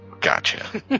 Gotcha